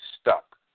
stuck